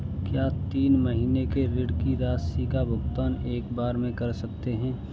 क्या तीन महीने के ऋण की राशि का भुगतान एक बार में कर सकते हैं?